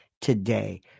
today